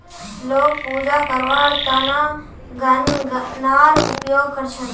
लोग पूजा करवार त न गननार उपयोग कर छेक